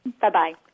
Bye-bye